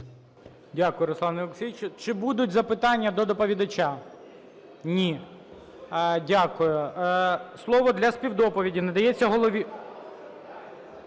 Дякую, Руслане Олексійовичу. Чи будуть запитання до доповідача? Ні. Дякую. Слово для співдоповіді надається голові…